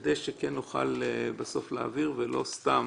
כדי שכן נוכל בסוף להעביר ולא סתם